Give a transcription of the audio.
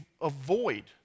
avoid